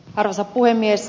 arvoisa puhemies